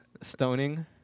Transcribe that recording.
stoning